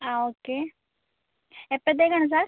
ആ ഓക്കെ എപ്പത്തേക്കാണ് സാർ